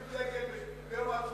גם אלה ששורפים דגל ביום העצמאות?